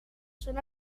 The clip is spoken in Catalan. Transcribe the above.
són